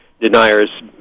deniers